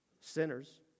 Sinners